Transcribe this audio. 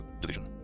division